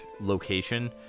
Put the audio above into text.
location